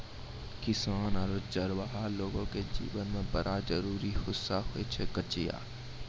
किसान आरो चरवाहा लोगो के जीवन के बड़ा जरूरी हिस्सा होय छै कचिया